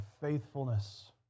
faithfulness